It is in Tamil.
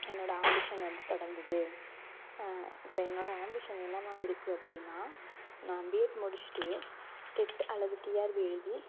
என்னோடய ஆம்பிஷன் வந்து தொடர்ந்தது இப்ப என்னோடய ஆம்பிஷன் என்னவாக இருக்குது அப்படின்னா நான் பிஎட் முடித்துட்டு டெட் அல்லது டிஆர்பி எழுதி